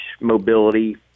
mobility